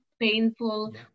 painful